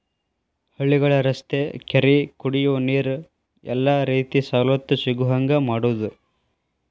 ಹಳ್ಳಿಗಳ ರಸ್ತಾ ಕೆರಿ ಕುಡಿಯುವ ನೇರ ಎಲ್ಲಾ ರೇತಿ ಸವಲತ್ತು ಸಿಗುಹಂಗ ಮಾಡುದ